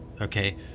okay